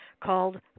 called